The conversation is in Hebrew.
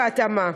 בהתאמה.